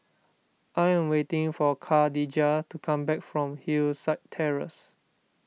I am waiting for Khadijah to come back from Hillside Terrace